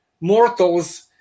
mortals